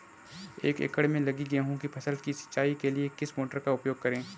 एक एकड़ में लगी गेहूँ की फसल की सिंचाई के लिए किस मोटर का उपयोग करें?